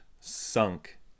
sunk